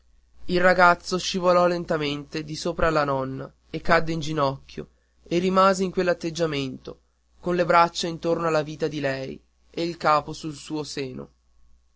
il ragazzo scivolò lentamente di sopra alla nonna e cadde in ginocchio e rimase in quell'atteggiamento con le braccia intorno alla vita di lei e il capo sul suo seno